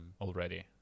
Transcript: already